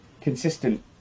consistent